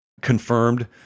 confirmed